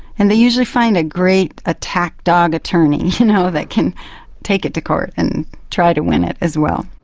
and they usually find a great attack-dog attorney you know that can take it to court and try to win it as well.